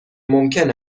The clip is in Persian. ممکن